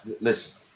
listen